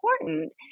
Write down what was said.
important